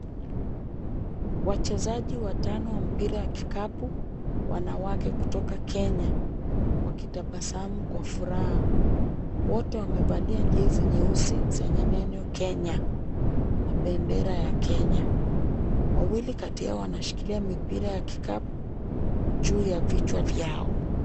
Wachezaji watano wa mpira wa kikapu, wanawake kutoka Kenya, wakitabasamu kwa furaha. Wote wamevalia jezi nyeusi zenye neno Kenya, na bendera ya Kenya. Wawili kati yao wanashikilia mipira ya vikapu juu ya vichwa vyao.